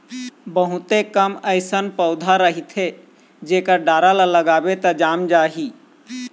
बहुते कम अइसन पउधा रहिथे जेखर डारा ल लगाबे त जाम जाही